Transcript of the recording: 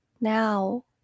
now